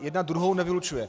Jedna druhou nevylučuje.